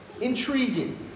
Intriguing